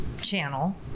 channel